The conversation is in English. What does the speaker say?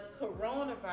coronavirus